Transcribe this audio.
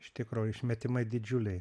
iš tikrųjų išmetimai didžiuliai